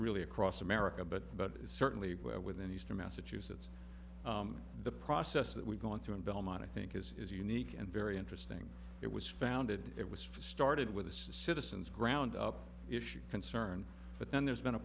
really across america but about certainly within eastern massachusetts the process that we've gone through in belmont i think is unique and very interesting it was founded it was started with the citizens ground up issue concern but then there's been a